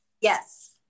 Yes